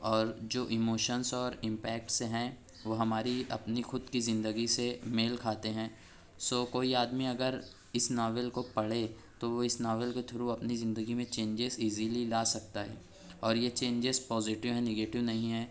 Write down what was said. اور جو ایموشنز اور امپیکٹس ہیں وہ ہماری اپنی خود کی زندگی سے میل کھاتے ہیں سو کوئی آدمی اگر اس ناول کو پڑھے تو وہ اس ناول کے تھرو وہ اپنی زندگی میں چینجز ایزلی لا سکتا ہے اور یہ جینجز پازیٹیو یا نگیٹیو نہیں ہے